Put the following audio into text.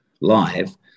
live